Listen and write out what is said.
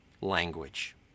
language